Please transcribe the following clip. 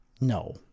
no